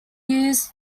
years